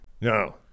No